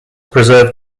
preserve